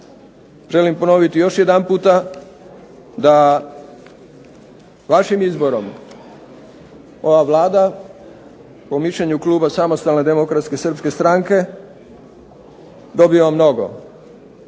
Želim ponoviti još jedanputa da vašim izborom ova Vlada po mišljenju kluba Samostalne demokratske srpske stranke dobiva mnogo.